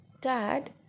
Dad